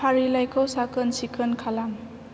फारिलाइखौ साखोन सिखोन खालाम